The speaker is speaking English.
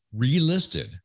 relisted